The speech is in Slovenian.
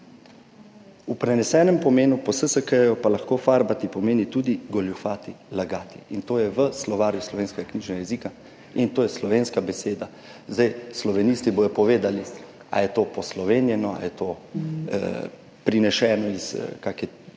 V prenesenem pomenu po SSKJ pa lahko farbati pomeni tudi goljufati, lagati. To je v Slovarju slovenskega knjižnega jezika in to je slovenska beseda. Slovenisti bodo povedali, ali je to poslovenjeno ali je to prenešeno iz kakega